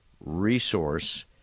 resource